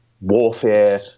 warfare